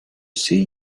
see